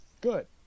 Good